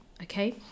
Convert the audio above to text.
Okay